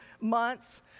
months